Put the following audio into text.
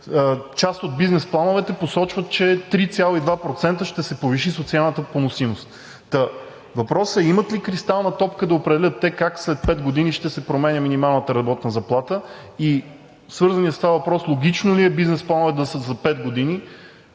част от бизнес плановете посочват, че 3,2% ще се повиши социалната поносимост? Та въпросът е: имат ли кристална топка да определят как след пет години ще се променя минималната работна заплата? И свързаният с това въпрос: логично ли е бизнес плановете да са за пет години,